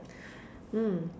mm